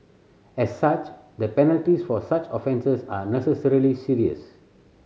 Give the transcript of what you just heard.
as such the penalties for such offences are necessarily serious